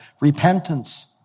Repentance